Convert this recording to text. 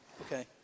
Okay